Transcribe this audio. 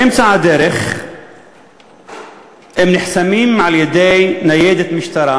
באמצע הדרך הם נחסמים על-ידי ניידת משטרה,